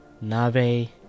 nave